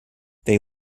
they